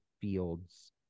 fields